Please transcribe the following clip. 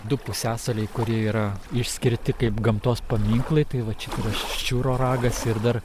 du pusiasaliai kurie yra išskirti kaip gamtos paminklai tai va čia yra ščiūro ragas ir dar